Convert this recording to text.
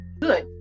good